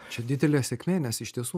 čia didelė sėkmė nes iš tiesų